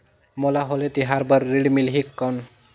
मोला होली तिहार बार ऋण मिलही कौन?